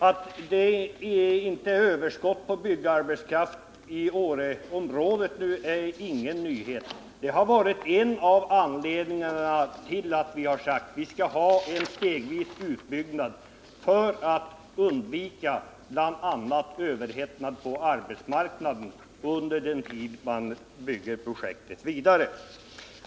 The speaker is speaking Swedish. Att det inte är överskott på byggarbetskraft i Åreområdet är ingen nyhet; det har varit en av anledningarna till att vi har sagt att det skall ske en stegvis utbyggnad för att man skall kunna undvika bl.a. överhettning på arbetsmarknaden under den tid då man bygger vidare på projektet.